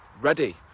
ready